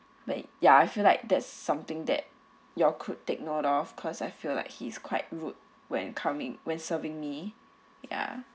ya I feel like there's something that you all could take note of cause I feel like he's quite rude when coming when serving me ya